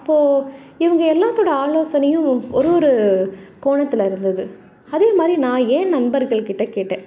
அப்போது இவங்க எல்லாத்தோடய ஆலோசனையும் ஒரு ஒரு கோணத்தில் இருந்தது அதே மாதிரி நான் என் நண்பர்கள்கிட்டே கேட்டேன்